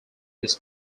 this